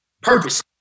purpose